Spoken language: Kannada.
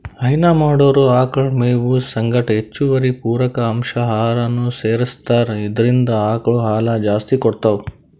ಹೈನಾ ಮಾಡೊರ್ ಆಕಳ್ ಮೇವ್ ಸಂಗಟ್ ಹೆಚ್ಚುವರಿ ಪೂರಕ ಅಂಶ್ ಆಹಾರನೂ ಸೆರಸ್ತಾರ್ ಇದ್ರಿಂದ್ ಆಕಳ್ ಹಾಲ್ ಜಾಸ್ತಿ ಕೊಡ್ತಾವ್